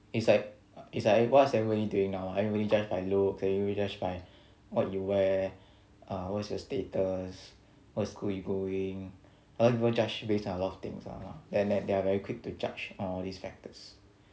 it's like it's like what's everybody doing now everybody judge by look everybody judge by what you wear uh what's your status what school you going a lot people judge based on a lot of things lah and then they're very quick to judge on all of these factors